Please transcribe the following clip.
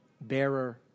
bearer